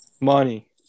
money